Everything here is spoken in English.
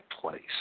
place